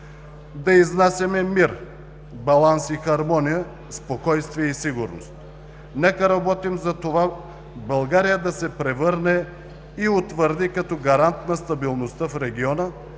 да изнасяме мир, баланс и хармония, спокойствие и сигурност. Нека работим за това България да се превърне и утвърди като гарант на стабилността в региона